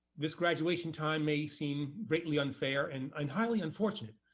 this graduation time may seem greatly unfair and and highly unfortunate,